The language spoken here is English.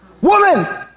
Woman